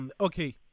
Okay